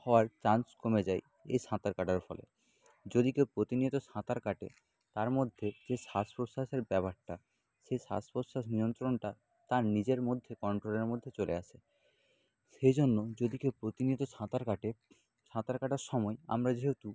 হওয়ার চান্স কমে যায় এই সাঁতার কাটার ফলে যদি কেউ প্রতিনিয়ত সাঁতার কাটে তার মধ্যে যে শ্বাস প্রশ্বাসের ব্যাপারটা সেই শ্বাস প্রশ্বাস নিয়ন্ত্রণটা তার নিজের মধ্যে কন্ট্রোলের মধ্যে চলে আসে সেজন্য যদি কেউ প্রতিনিয়ত সাঁতার কাটে সাঁতার কাটার সময় আমরা যেহেতু